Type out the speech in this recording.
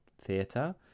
theatre